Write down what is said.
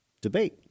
debate